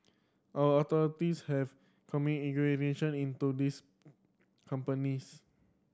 our authorities have commen into these companies